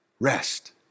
Rest